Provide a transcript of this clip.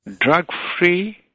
drug-free